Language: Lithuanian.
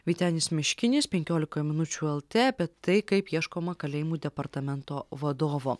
vytenis miškinis penkiolikoje minučių lt tai kaip ieškoma kalėjimų departamento vadovo